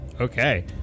okay